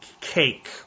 cake